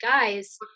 guys